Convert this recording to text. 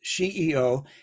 CEO